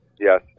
Yes